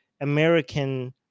American